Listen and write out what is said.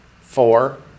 Four